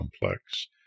complex